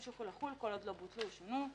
ימשיכו לחול כל עוד לא בוטלו או שונו.